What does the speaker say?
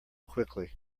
quickly